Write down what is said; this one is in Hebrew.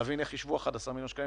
להבין איך חישבו 11 מיליון שקלים.